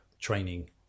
training